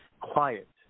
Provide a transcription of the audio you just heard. Quiet